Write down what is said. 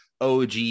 OG